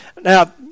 Now